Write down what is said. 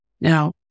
Now